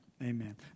Amen